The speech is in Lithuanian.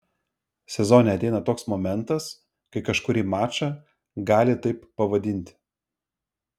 sezone ateina toks momentas kai kažkurį mačą gali taip pavadinti